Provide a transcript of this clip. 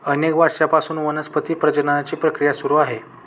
अनेक वर्षांपासून वनस्पती प्रजननाची प्रक्रिया सुरू आहे